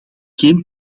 geen